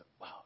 wow